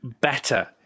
better